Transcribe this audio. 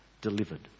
delivered